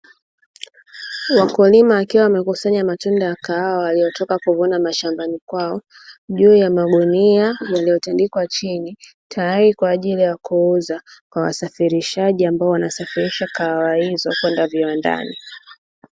Wakulima wakiwa wanakusanya matunda ya kahawa waliyotoka kuvuna mashambani kwao juu ya magunia yaliyotandikwa chini, tayari kwa ajili ya kuuza ka wasafirishaji ambao wanasafirisha kahawa hizo kwenda viwandani.